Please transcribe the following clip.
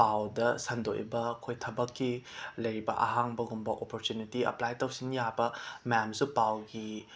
ꯄꯥꯎꯗ ꯁꯟꯗꯣꯛꯏꯕ ꯑꯩꯈꯣꯏ ꯊꯕꯛꯀꯤ ꯂꯩꯔꯤꯕ ꯑꯍꯥꯡꯕꯒꯨꯝꯕ ꯑꯣꯄꯣꯆꯨꯅꯤꯇꯤ ꯑꯄ꯭ꯂꯥꯏ ꯇꯧꯁꯤꯟꯕ ꯌꯥꯕ ꯃꯌꯥꯝꯁꯨ ꯄꯥꯎꯒꯤ